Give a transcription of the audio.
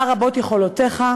מה רבות יכולותיך,